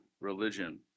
religion